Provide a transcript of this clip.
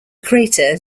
crater